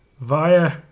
via